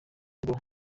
ngo